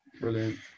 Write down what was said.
Brilliant